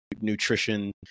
nutrition